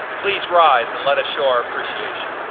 please rise and let us show our appreciation.